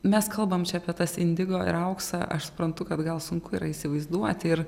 mes kalbam čia apie tas indigo ir auksą aš suprantu kad gal sunku yra įsivaizduoti ir